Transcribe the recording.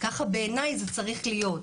כך בעיניי זה צריך להיות.